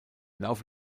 laufe